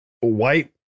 white